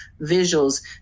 visuals